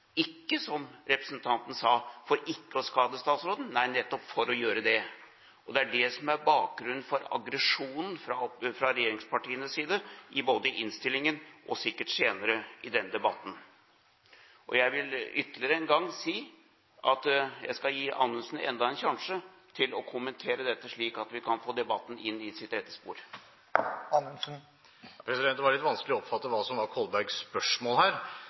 ikke, som representanten sa, for ikke å skade statsråden – nei, nettopp for å gjøre det. Det er det som er bakgrunnen for aggresjonen fra regjeringspartienes side, både i innstillingen og sikkert senere i denne debatten. Jeg vil ytterligere en gang si at jeg skal gi Anundsen enda en sjanse til å kommentere dette, slik at vi kan få debatten inn i sitt rette spor. Det var litt vanskelig å oppfatte hva som var Kolbergs spørsmål her,